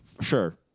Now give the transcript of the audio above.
sure